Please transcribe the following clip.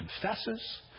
confesses